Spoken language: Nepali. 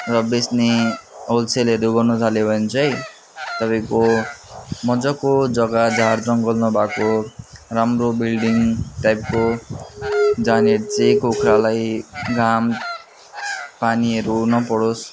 र बेच्ने होलसेलहरू गर्नुथाल्यो भने चाहिँ तपाईँको मजाको जग्गा झारजङ्गल नभएको राम्रो बिल्डिङ टाइपको जहाँनिर चाहिँ कुखुरालाई घामपानीहरू नपरोस्